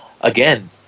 again